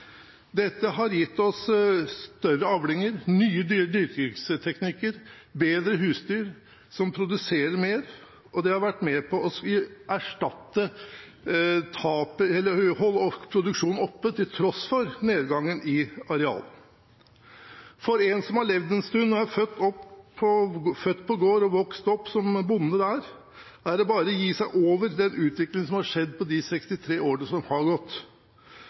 Dette har gitt oss større avlinger, nye dyrkingsteknikker og bedre husdyr som produserer mer, og det har vært med på å holde produksjonen oppe til tross for nedgangen i areal. For en som har levd en stund, er født på gård og har vokst opp som bonde der, er det bare å gi seg over over den utvikling som har skjedd på de 63 årene som har gått